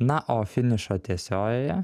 na o finišo tiesiojoje